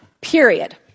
period